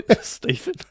Stephen